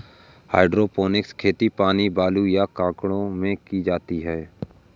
hydroponics खेती पानी, बालू, या कंकड़ों में की जाती है